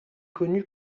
connue